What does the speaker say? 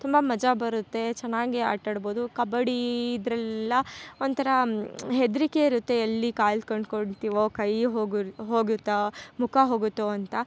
ತುಂಬ ಮಜಾ ಬರುತ್ತೆ ಚೆನ್ನಾಗಿ ಆಟಾಡ್ಬೌದು ಕಬಡ್ಡಿ ಇದ್ರಲ್ಲಿ ಒಂಥರ ಹೆದರಿಕೆ ಇರುತ್ತೆ ಎಲ್ಲಿ ಕಾಲ್ ಕಳ್ಕೊಳ್ತಿವೊ ಕೈಯು ಹೊಗು ಹೋಗುತ್ತೊ ಮುಖ ಹೊಗುತ್ತೊ ಅಂತ